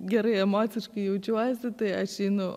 gerai emociškai jaučiuosi tai aš einu